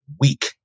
weak